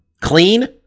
Clean